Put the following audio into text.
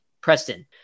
Preston